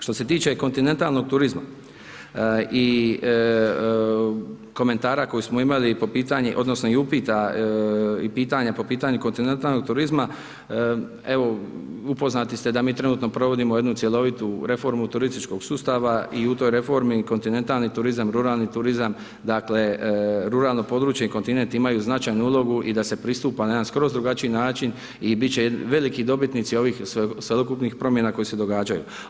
Što se tiče kontinentalnog turizma i komentara koje smo imali i po pitanju, odnosno i upita i pitanja po pitanju kontinentalnog turizma, evo upoznati ste da mi trenutno provodimo jednu cjelovitu reformu turističkog sustava i u toj reformi kontinentalni turizam, ruralni turizam, dakle ruralno područje i kontinent imaju značajnu ulogu i da se pristupa na jedan skroz drugačiji način i biti će veliki dobitnici ovih cjelokupnih promjena koje se događaju.